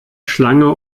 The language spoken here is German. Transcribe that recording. schlange